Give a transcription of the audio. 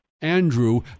Andrew